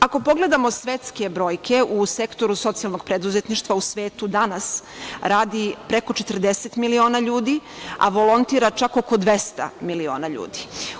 Ako pogledamo svetske brojke u Sektoru socijalnog preduzetništva, u svetu danas radi preko 40 miliona ljudi, a volontira čak oko 200 miliona ljudi.